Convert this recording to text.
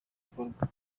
gikorwa